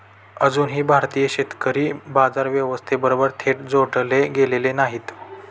अजूनही भारतीय शेतकरी बाजार व्यवस्थेबरोबर थेट जोडले गेलेले नाहीत